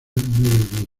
nueva